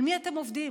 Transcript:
על מי אתם עובדים?